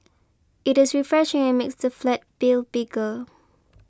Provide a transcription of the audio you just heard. it is refreshing and makes the flat feel bigger